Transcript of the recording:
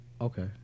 Okay